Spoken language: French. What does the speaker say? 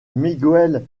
miguel